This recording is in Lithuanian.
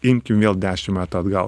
imkim vėl dešim metų atgal